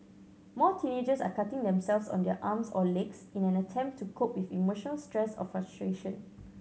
more teenagers are cutting themselves on their arms or legs in an attempt to cope with emotional stress or frustration